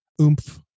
oomph